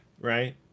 right